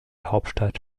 hauptstadt